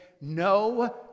no